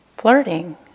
flirting